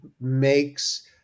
makes